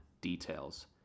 details